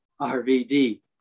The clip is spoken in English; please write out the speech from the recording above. RVD